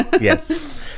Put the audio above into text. yes